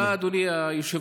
תודה, אדוני היושב-ראש.